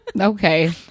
okay